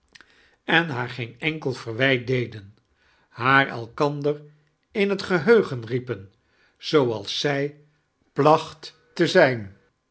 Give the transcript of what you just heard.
en haar geem enkel verwijt dediein haar elkandier in heb geheugen riepen zooals zij plachit te zijn